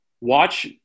Watch